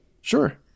Sure